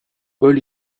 paul